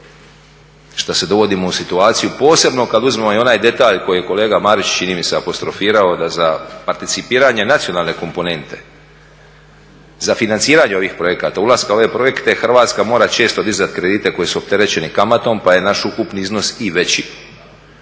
što se dovodimo u situaciju, posebno kad uzmemo i onaj detalj koji je kolega Marić čini mi se apostrofirao, da za participiranje nacionalne komponente, za financiranje ovih projekata, ulaska u ove projekte Hrvatska mora često dizati kredite koji su opterećeni kamatom pa je naš ukupni iznos i veći.